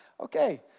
okay